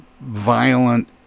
violent